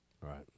Right